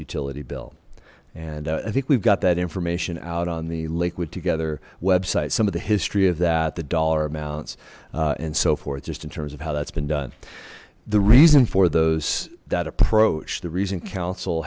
utility bill and i think we've got that information out on liquid together website some of the history of that the dollar amounts and so forth just in terms of how that's been done the reason for those that approach the reason council